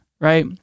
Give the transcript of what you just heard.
right